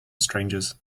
strangers